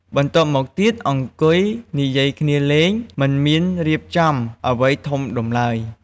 បន្ទាប់មកទៀតអង្គុយនិយាយគ្នាលេង មិនមានរៀបចំអ្វីធំដុំឡើយ។